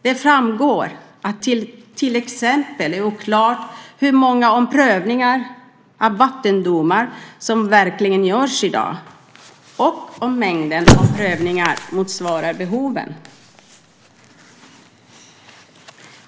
Det framgår att det till exempel är oklart hur många omprövningar av vattendomar som verkligen görs i dag och om mängden prövningar motsvarar behoven.